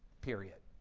period.